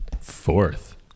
fourth